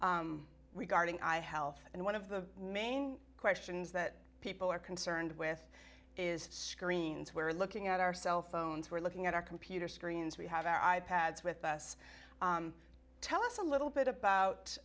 regarding i health and one of the main questions that people are concerned with is screens we're looking at our cellphones we're looking at our computer screens we have our i pads with us tell us a little bit about